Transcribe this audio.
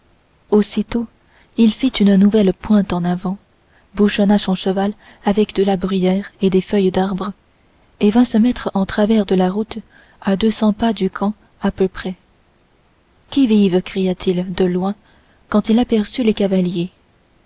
aussitôt il fit une nouvelle pointe en avant bouchonna son cheval avec de la bruyère et des feuilles d'arbres et vint se mettre en travers de la route à deux cents pas du camp à peu près qui vive cria-t-il de loin quand il aperçut les cavaliers